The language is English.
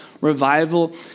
revival